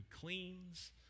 cleans